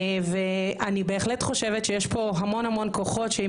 ואני בהחלט חושבת שיש פה המון כוחות שאם